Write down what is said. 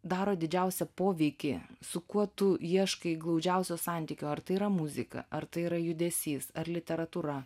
daro didžiausią poveikį su kuo tu ieškai glaudžiausio santykio ar tai yra muzika ar tai yra judesys ar literatūra